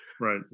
Right